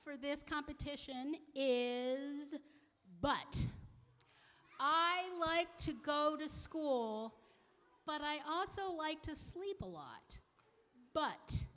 for this competition in but i don't like to go to school but i also like to sleep a lot but